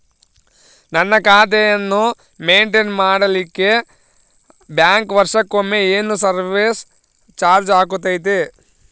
ನನ್ನ ಖಾತೆಯನ್ನು ಮೆಂಟೇನ್ ಮಾಡಿಲಿಕ್ಕೆ ಬ್ಯಾಂಕ್ ವರ್ಷಕೊಮ್ಮೆ ಏನು ಸರ್ವೇಸ್ ಚಾರ್ಜು ಹಾಕತೈತಿ?